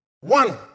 One